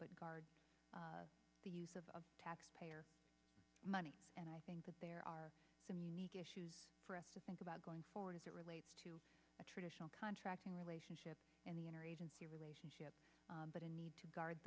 but guard the use of taxpayer money and i think that there are some unique issues i think about going forward as it relates to a traditional contracting relationship in the inner agency relationship but a need to guard